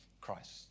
Christ